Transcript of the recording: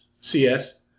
CS